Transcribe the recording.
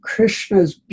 Krishna's